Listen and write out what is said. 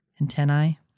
Antennae